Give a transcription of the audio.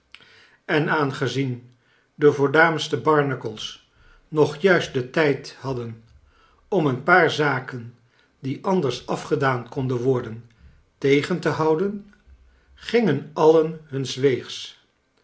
en aangezien de voornaaamste barnacles nog juist den tijd hadden om een paar zaken j die anders afgedaan konden worden tegen te houden gingen alien nuns weegs